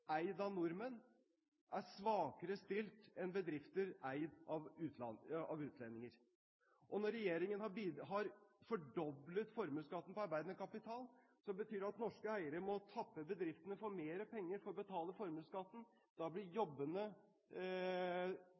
eid av nordmenn, er svakere stilt enn bedrifter eid av utlendinger. Og når regjeringen har fordoblet formuesskatten på arbeidende kapital, betyr det at norske eiere må tappe bedriftene for mer penger for å betale formuesskatten. Da blir jobbene